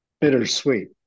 bittersweet